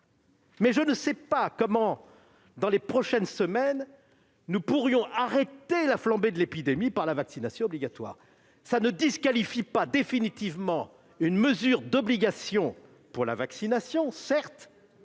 ! Je ne sais pas comment, dans les prochaines semaines, nous pourrions arrêter la flambée de l'épidémie par la vaccination obligatoire. Cela ne disqualifie pas définitivement une mesure d'obligation pour la vaccination, certes,